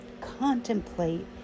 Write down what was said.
contemplate